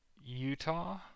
Utah